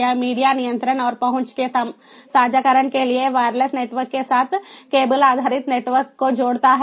यह मीडिया नियंत्रण और पहुंच के साझाकरण के लिए वायरलेस नेटवर्क के साथ केबल आधारित नेटवर्क को जोड़ता है